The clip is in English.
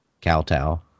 kowtow